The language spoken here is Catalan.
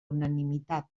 unanimitat